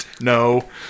no